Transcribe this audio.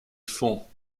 fonds